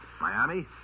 Miami